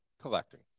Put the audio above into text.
collecting